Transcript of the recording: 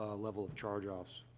level of charge-offs.